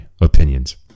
opinions